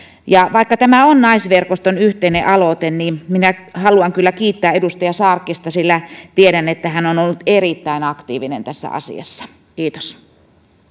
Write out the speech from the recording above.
vaikka tämä on naisverkoston yhteinen aloite minä haluan kyllä kiittää edustaja sarkkista sillä tiedän että hän on ollut erittäin aktiivinen tässä asiassa kiitos